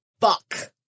fuck